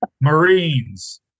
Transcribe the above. Marines